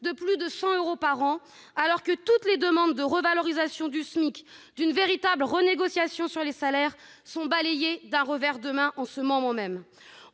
de plus de 100 euros par an, alors que toutes les demandes de revalorisation du SMIC, de véritable négociation sur les salaires sont balayées d'un revers de main en ce moment même.